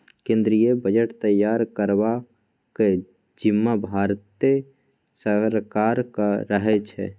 केंद्रीय बजट तैयार करबाक जिम्माँ भारते सरकारक रहै छै